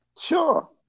Sure